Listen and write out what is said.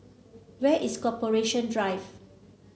where is Corporation Drive